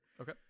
Okay